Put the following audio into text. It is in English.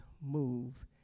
move